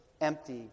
empty